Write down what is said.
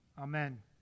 Amen